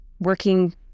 working